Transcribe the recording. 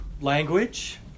language